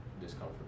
discomfort